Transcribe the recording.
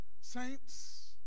Saints